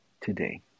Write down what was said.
today